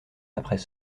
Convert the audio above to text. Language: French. après